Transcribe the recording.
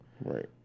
right